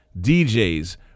DJs